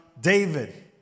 David